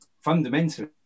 fundamentally